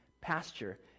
pasture